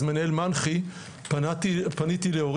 מנהל מינהלת חינוך ירושלים - פניתי לאורי,